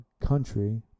country